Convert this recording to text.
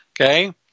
Okay